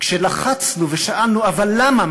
כשלחצנו ושאלנו: אבל למה?